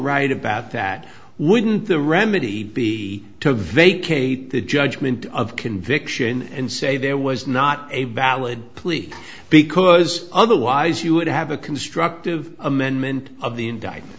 right about that wouldn't the remedy be to vacate the judgment of conviction and say there was not a valid plea because otherwise you would have a constructive amendment of the indictment